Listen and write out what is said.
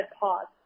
pause